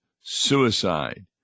suicide